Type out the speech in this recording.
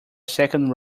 second